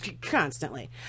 Constantly